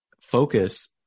focus